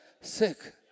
sick